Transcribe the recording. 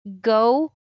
go